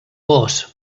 gos